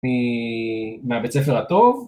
מהבית הספר הטוב.